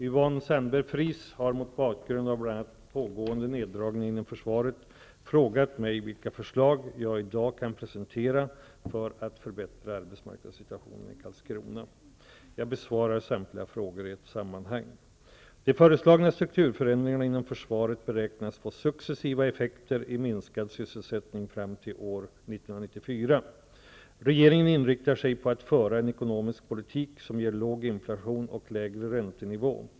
Yvonne Sandberg-Fries har mot bakgrund av bl.a. pågående neddragningar inom försvaret frågat mig vilka förslag jag i dag kan presentera för att förbättra arbetsmarknadssituationen i Karlskrona. Jag besvarar samtliga frågor i ett sammanhang. De föreslagna strukturförändringarna inom försvaret beräknas få successiva effekter i minskad sysselsättning fram till år 1994. Regeringen inriktar sig på att föra en ekonomisk politik som ger låg inflation och lägre räntenivå.